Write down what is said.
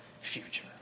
future